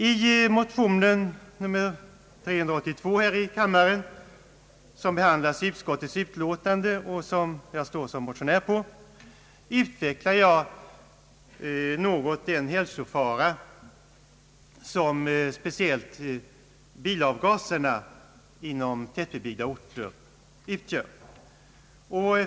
I motion nr 382 i första kammaren, som behandlas i utskottsbetänkandet och som jag väckt, utvecklar jag något den hälsofara som speciellt bilavgaserna inom tättbebyggda orter utgör.